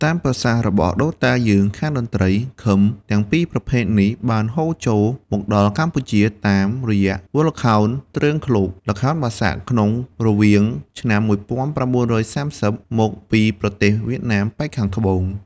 តាមប្រសាសន៍របស់ដូនតាយើងខាងតន្ដ្រី ឃឹមទាំងពីរប្រភេទនេះបានហូរចូលមកដល់កម្ពុជាតាមរយៈវង់ល្ខោនទ្រើងឃ្លោក (ល្ខោនបាសាក់) ក្នុងរវាងឆ្នាំ១៩៣០ មកពីប្រទេសវៀតណាមប៉ែកខាងត្បូង។